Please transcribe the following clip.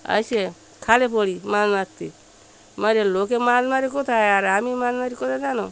এসে খালে পড়ি মাছ মারতে মেরে লোকে মাছ মারে কোথায় আর আমি মাছ মারি কোথায় জানো